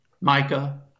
Micah